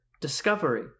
discovery